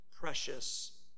precious